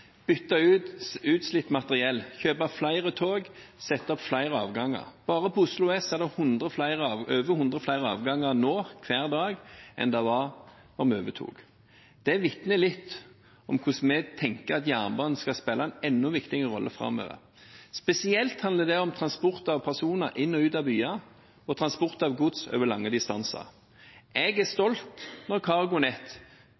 bytte ut utslitt materiell, kjøpe flere tog, sette opp flere avganger. Bare på Oslo S er det over hundre flere avganger nå, hver dag, enn det var da vi overtok. Det vitner litt om hvordan vi tenker, at jernbanen skal spille en enda viktigere rolle framover. Spesielt handler det om transport av personer inn og ut av byene og transport av gods over lange distanser. Jeg er